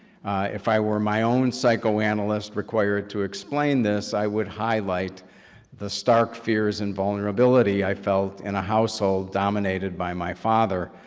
if i were my own psychoanalyst required to explain this, i would highlight the stark fears, and vulnerability i felt in a house so dominated by my father,